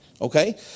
Okay